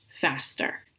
faster